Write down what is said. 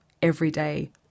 everyday